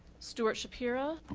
stewart shapiro.